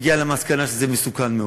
הגיע למסקנה שזה מסוכן מאוד.